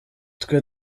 twe